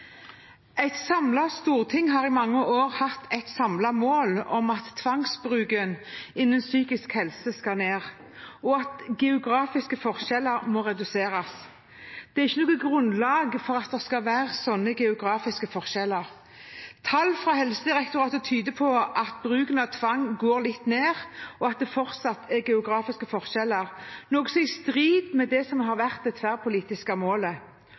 Et samlet storting har i mange år hatt et samlet mål om at tvangsbruken innen psykisk helse skal ned, og at geografiske forskjeller må reduseres. Det er ikke noe grunnlag for at det skal være slike geografiske forskjeller. Tall fra Helsedirektoratet tyder på at bruken av tvang går litt ned, og at det fortsatt er geografiske forskjeller, noe som er i strid med det som har vært det tverrpolitiske målet.